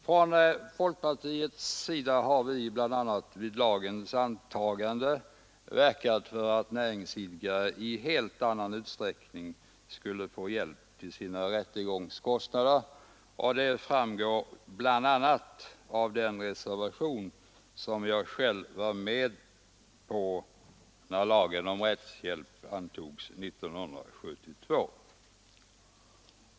Vid lagens antagande verkade folkpartiet för att näringsidkare i en helt annan utsträckning än vad som nu är fallet skulle få hjälp till sina rättegångskostnader. Det framgår bl.a. av den reservation som jag själv var med om att framföra när lagen om rättshjälp antogs år 1972.